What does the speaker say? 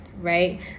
right